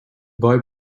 boy